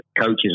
coaches